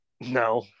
No